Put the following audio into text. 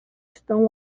estão